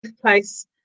place